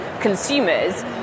consumers